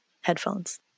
headphones